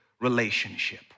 relationship